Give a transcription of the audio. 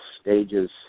stages